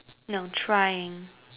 no trying